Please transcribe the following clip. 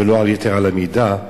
ולא יתר על המידה,